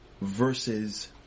versus